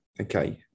okay